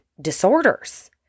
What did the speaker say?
disorders